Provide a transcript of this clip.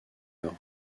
heure